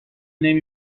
نمی